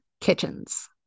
kitchens